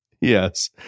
Yes